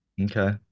okay